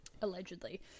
allegedly